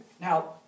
Now